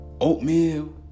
oatmeal